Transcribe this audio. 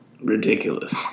ridiculous